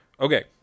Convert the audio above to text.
Okay